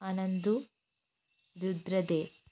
Anandu Rudradev